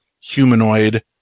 humanoid